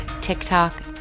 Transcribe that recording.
TikTok